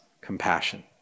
compassion